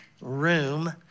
room